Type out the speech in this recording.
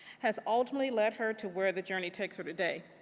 has ultimately lead her to where the journey takes her today,